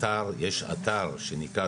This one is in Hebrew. יש אתר שנקרא